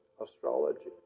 Astrology